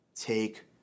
take